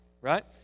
right